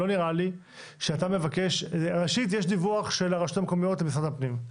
ראשית יש דיווח של הרשויות המקומיות למשרד הפנים.